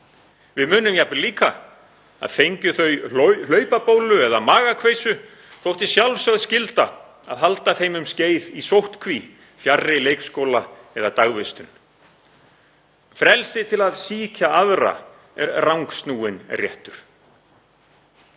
Við munum jafnvel líka að fengju þau hlaupabólu eða magakveisu þótti sjálfsögð skylda að halda þeim um skeið í sóttkví, fjarri leikskóla eða dagvistun. Frelsi til að sýkja aðra er rangsnúinn réttur.